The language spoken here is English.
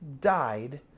died